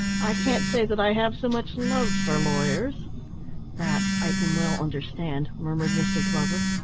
i can't say that i have so much love for lawyers that i can well understand, murmured mr. glover.